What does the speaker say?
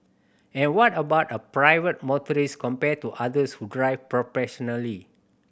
and what about a private motorist compared to others who drive professionally